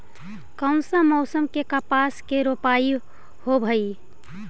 कोन सा मोसम मे कपास के रोपाई होबहय?